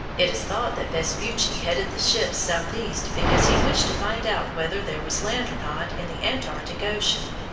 it is thought that vespucci headed the ships southeast because he wished to find out whether there was land or not in the antarctic ocean.